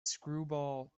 screwball